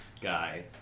guy